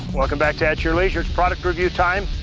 welcome back to at your leisure, it's product review time!